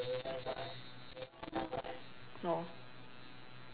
no